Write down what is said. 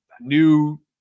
new